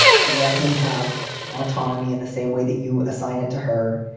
let him have autonomy in the same way that you assign it to her.